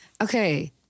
Okay